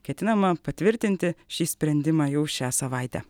ketinama patvirtinti šį sprendimą jau šią savaitę